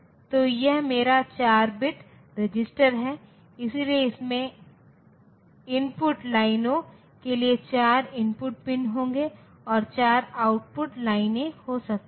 तो यह मेरा 4 बिट रजिस्टर है इसलिए इसमें इनपुट लाइनों के लिए 4 इनपुट पिन होंगे और चार आउटपुट लाइनें हो सकती हैं